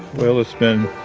well, it's been